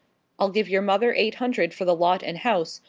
i'll give your mother eight hundred for the lot and house,